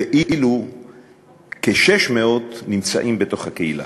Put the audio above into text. וכ-600 נמצאים בתוך הקהילה.